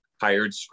hired